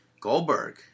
Goldberg